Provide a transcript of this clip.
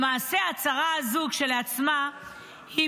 למעשה, הצהרת בלפור הזו כשלעצמה היא